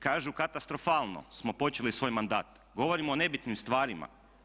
Kažu katastrofalno smo počeli svoj mandat, govorimo o nebitnim stvarima.